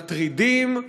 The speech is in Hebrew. מטרידים,